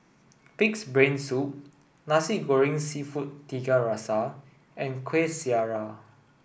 pig's brain soup Nasi Goreng Seafood Tiga Rasa and Kuih Syara